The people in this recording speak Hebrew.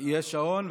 יש שעון.